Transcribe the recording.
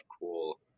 cool